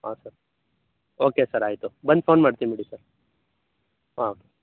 ಹಾಂ sir okay sir ಆಯಿತು ಬಂದು ಫೋನ್ ಮಾಡ್ತೀನಿ ಬಿಡಿ ಸರ್ ಹಾಂ